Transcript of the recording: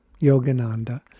Yogananda